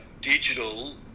digital